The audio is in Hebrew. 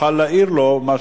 תוכל להעיר לו,